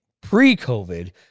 pre-COVID